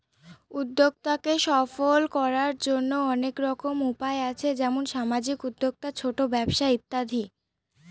উদ্যক্তাকে সফল করার জন্য অনেক রকম উপায় আছে যেমন সামাজিক উদ্যোক্তা, ছোট ব্যবসা ইত্যাদি